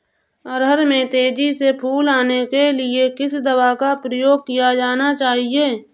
अरहर में तेजी से फूल आने के लिए किस दवा का प्रयोग किया जाना चाहिए?